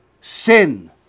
sin